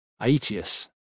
Aetius